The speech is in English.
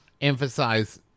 emphasize